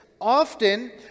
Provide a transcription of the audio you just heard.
Often